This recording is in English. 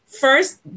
First